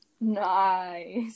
Nice